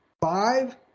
five